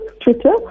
Twitter